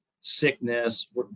sickness